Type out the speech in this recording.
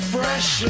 Fresh